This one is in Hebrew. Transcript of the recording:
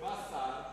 שבא שר,